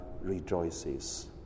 rejoices